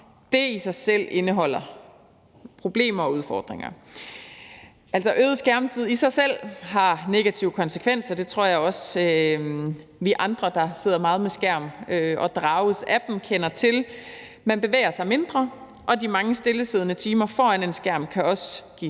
i sig selv problemer og udfordringer. Øget skærmtid har i sig selv negative konsekvenser, og det tror jeg også at vi andre, der sidder meget foran en skærm og drages af den, kender til. Man bevæger sig mindre, og de mange stillesiddende timer foran en skærm kan også give